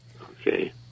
Okay